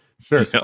Sure